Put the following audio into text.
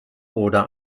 oder